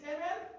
Amen